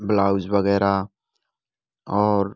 blouse वगैरह और